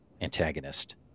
Antagonist